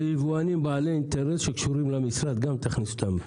ויבואנים בעלי אינטרס שקשורים למשרד תכניס גם אותם.